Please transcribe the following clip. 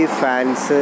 fans